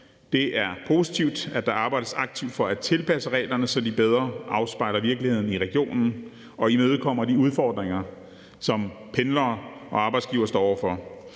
Det er positivt, at der arbejdes aktivt for at tilpasse reglerne, så de bedre afspejler virkeligheden i regionen og imødekommer de udfordringer, som pendlere og arbejdsgivere står over for.